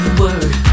word